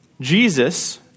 Jesus